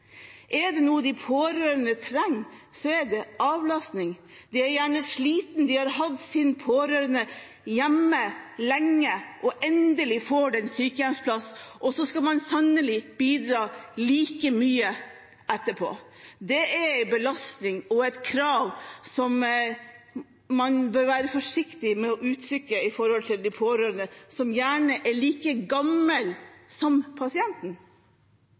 Er det noe de pårørende trenger, er det avlastning. De er gjerne slitne, de har hatt sin pårørende hjemme lenge. Endelig får han eller hun en sykehjemsplass – og så skal man sannelig bidra like mye etterpå. Det er en belastning og et krav som man bør være forsiktig med å uttrykke overfor den pårørende, som gjerne er like gammel som pasienten.